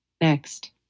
Next